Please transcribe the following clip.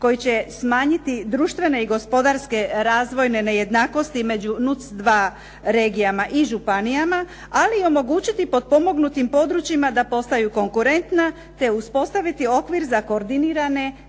koji će smanjiti društvene i gospodarske razvojne nejednakosti među NUC 2 regijama i županijama, ali omogućiti potpomognutim područjima da postanu konkurentna te uspostaviti okvir za koordinirane